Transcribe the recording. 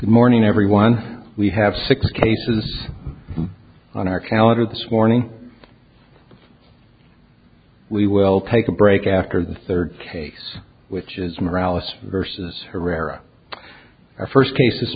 morning everyone we have six cases on our calendar this morning we will take a break after the third case which is morality versus herrera our first case this